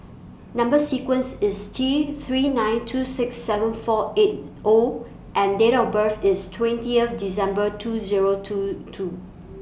Number sequence IS T three nine two six seven four eight O and Date of birth IS twentieth December two Zero two two